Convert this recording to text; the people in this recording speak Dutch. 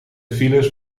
files